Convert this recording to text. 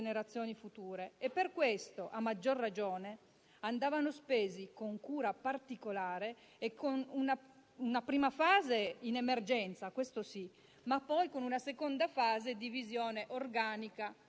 L'articolo 43 risolve un contenzioso regionale, nello specifico con la Regione Campania. Vi rendete conto? Con una legge dello Stato si risolve un contenzioso regionale.